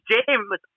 James